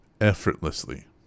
effortlessly